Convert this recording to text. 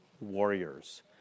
warriors